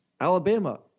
Alabama